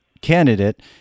candidate